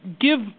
give